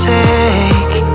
take